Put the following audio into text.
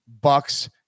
Bucks